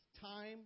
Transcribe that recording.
time